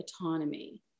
autonomy